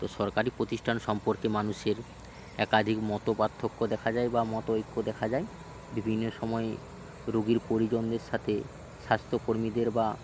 তো সরকারি প্রতিষ্ঠান সম্পর্কে মানুষের একাধিক মতপার্থক্য দেখা যায় বা মতৈক্য দেখা যায় বিভিন্ন সময়ে রুগীর পরিজনদের সাথে স্বাস্থ্যকর্মীদের বা